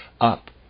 up